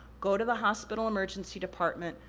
go to the hospital emergency department,